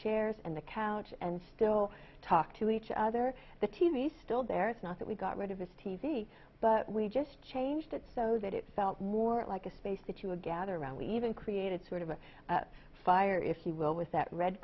chairs and the couch and still talk to each other the t v still there it's not that we got rid of his t v but we just changed it so that it felt more like a space that you would gather around we even created sort of a fire if you will with that red